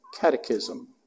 Catechism